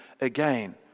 again